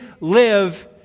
live